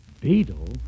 Beetle